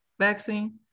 vaccine